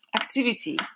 activity